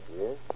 Yes